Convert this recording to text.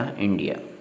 India